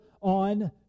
on